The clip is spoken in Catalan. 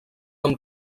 amb